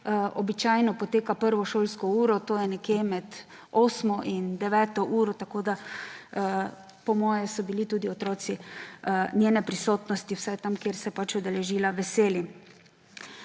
običajno poteka prvo šolsko uro, to je nekje med osmo in deveto uro, tako da so bili, po moje, tudi otroci njene prisotnosti vsaj tam, kjer se je udeležila, veseli.